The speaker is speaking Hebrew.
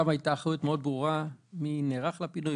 שם הייתה אחריות מאוד ברורה מי נערך לפינוי,